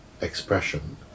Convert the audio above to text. expression